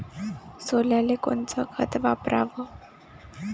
सोल्याले कोनचं खत वापराव?